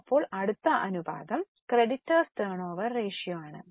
ഇപ്പോൾ അടുത്ത അനുപാതം ക്രെഡിറ്റർസ് ടേൺഓവർ റേഷ്യോ ആണ്